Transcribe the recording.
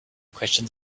questions